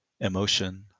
emotion